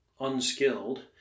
unskilled